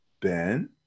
Ben